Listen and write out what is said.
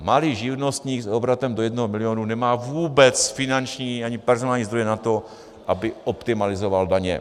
Malý živnostník s obratem do jednoho milionu nemá vůbec finanční ani personální zdroje na to, aby optimalizoval daně.